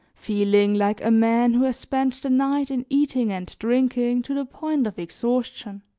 feeling like a man who has spent the night in eating and drinking to the point of exhaustion.